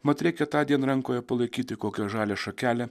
mat reikia tądien rankoje palaikyti kokią žalią šakelę